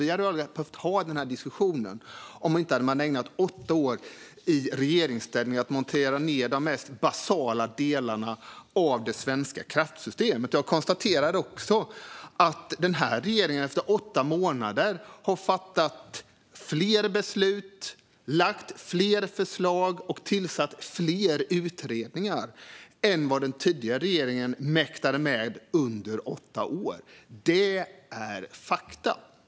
Vi hade aldrig behövt ha den här diskussionen om ni inte hade ägnat åtta år i regeringsställning åt att montera ned de mest basala delarna av det svenska kraftsystemet. Jag konstaterar också att den här regeringen efter åtta månader har fattat fler beslut, lagt fram fler förslag och tillsatt fler utredningar än den tidigare regeringen mäktade med under åtta år. Det är fakta.